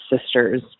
sisters